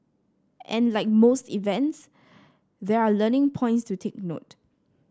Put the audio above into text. and like most events there are learning points to take note